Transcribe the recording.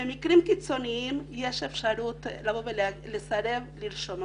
במקרים קיצוניים יש אפשרות לבוא ולסרב לרשום.